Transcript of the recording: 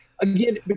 again